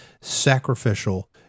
sacrificial